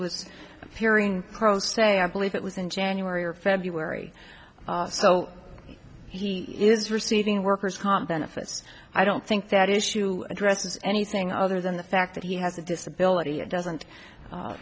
was hearing pro se i believe it was in january or february so he is receiving worker's comp benefits i don't think that issue addresses anything other than the fact that he has a disability it doesn't